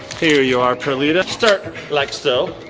here you are, perlita. start like so.